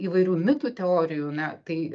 įvairių mitų teorijų na tai